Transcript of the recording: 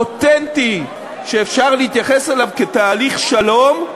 אותנטי, שאפשר להתייחס אליו כתהליך שלום,